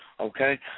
okay